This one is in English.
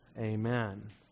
Amen